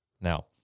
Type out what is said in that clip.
Now